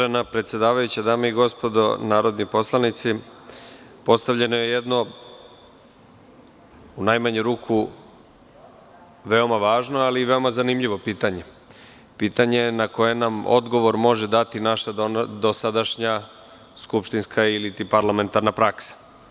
Uvažena predsedavajuća, dame i gospodo narodni poslanici, postavljeno je jedno, u najmanju ruku, veoma važno, ali i veoma zanimljivo pitanje, pitanje na koje nam odgovor može dati naša dosadašnja skupštinska ili parlamentarna praksa.